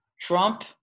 Trump